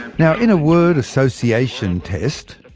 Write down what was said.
now in a word association test,